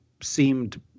seemed